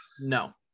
no